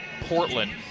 Portland